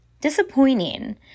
disappointing